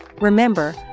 Remember